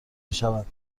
میشود